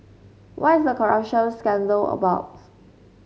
what is the corruption scandal about